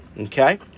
Okay